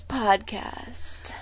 podcast